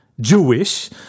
Jewish